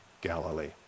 Galilee